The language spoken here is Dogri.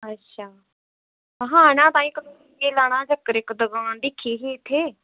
अच्छा म्हां आना हां तोआंहीं लाना हा चक्कर इक दकान दिक्खी ही इत्थै